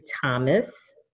Thomas